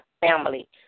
family